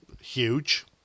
huge